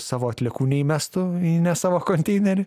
savo atliekų neįmestų į savo konteinerį